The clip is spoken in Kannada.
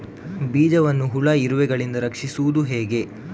ಬೀಜವನ್ನು ಹುಳ, ಇರುವೆಗಳಿಂದ ರಕ್ಷಿಸುವುದು ಹೇಗೆ?